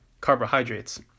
carbohydrates